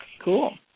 Cool